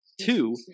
Two